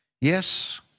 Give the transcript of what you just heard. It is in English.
yes